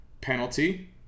penalty